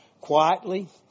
quietly